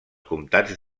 comtats